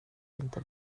inte